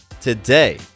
Today